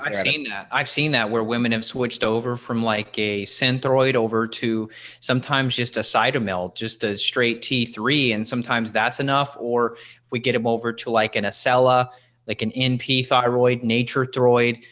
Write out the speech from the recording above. i mean i've seen that where women have switched over from like a centroid over to sometimes just a cytomel, just a straight t three and sometimes that's enough or we get them over to like and essella that can np thyroid nature throid.